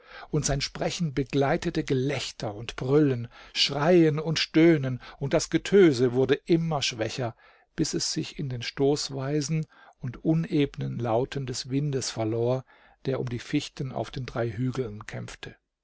und sein sprechen begleitete gelächter und brüllen schreien und stöhnen und das getöse wurde immer schwächer bis es sich in den stoßweisen und unebnen lauten des windes verlor der um die fichten auf den drei hügeln kämpfte